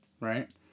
Right